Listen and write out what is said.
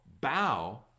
bow